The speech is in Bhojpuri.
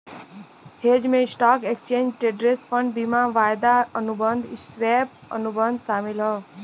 हेज में स्टॉक, एक्सचेंज ट्रेडेड फंड, बीमा, वायदा अनुबंध, स्वैप, अनुबंध शामिल हौ